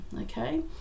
okay